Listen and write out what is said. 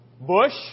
Bush